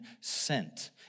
sent